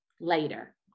later